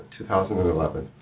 2011